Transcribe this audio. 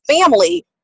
family